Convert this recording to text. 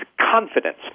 confidence